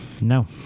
No